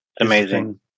amazing